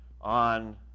on